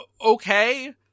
Okay